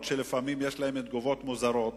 אף-על-פי שלפעמים יש להם תגובות מוזרות